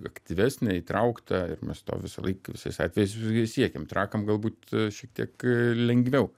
aktyvesnę įtrauktą ir mes to visąlaik visais atvejais visi siekiam trakam galbūt šiek tiek lengviau